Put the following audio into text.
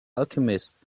alchemist